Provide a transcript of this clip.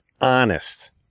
honest